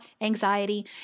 anxiety